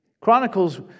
chronicles